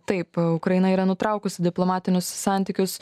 taip ukraina yra nutraukusi diplomatinius santykius